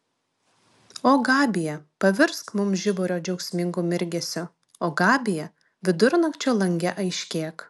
o gabija pavirsk mums žiburio džiaugsmingu mirgesiu o gabija vidurnakčio lange aiškėk